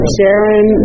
Sharon